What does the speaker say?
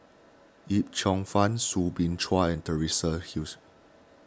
Yip Cheong Fun Soo Bin Chua and Teresa Hsu